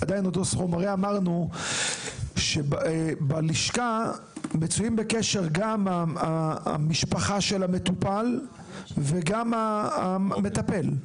אמרנו שבלשכה מצויים בקשר גם המשפחה של המטופל וגם המטפל.